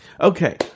Okay